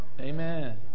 Amen